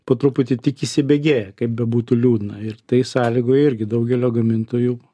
po truputį tik įsibėgėja kaip bebūtų liūdna ir tai sąlygoja irgi daugelio gamintojų